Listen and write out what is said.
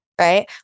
Right